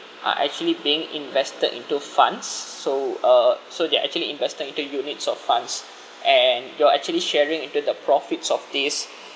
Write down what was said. uh actually being invested into funds so uh so they're actually invested into units of funds and you're actually sharing into the profits of this